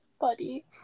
buddy